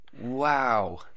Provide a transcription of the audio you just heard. Wow